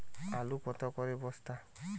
আলু কত করে বস্তা?